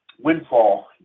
windfall